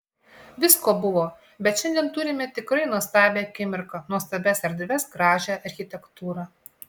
visko buvo bet šiandien turime tikrai nuostabią akimirką nuostabias erdves gražią architektūrą